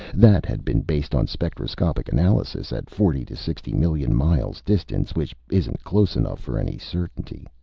that had been based on spectroscopic analyses at forty to sixty million miles' distance, which isn't close enough for any certainty.